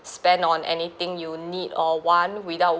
spend on anything you need or want without